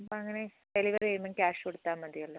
അപ്പോൾ അങ്ങനെ ഡെലിവർ ചെയ്യുമ്പോൾ ക്യാഷ് കൊടുത്താൽ മതിയല്ലോ